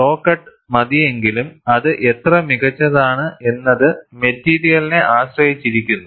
so cut മതിയെങ്കിലും അത് എത്ര മികച്ചതാണ് എന്നത് മെറ്റീരിയലിനെ ആശ്രയിച്ചിരിക്കുന്നു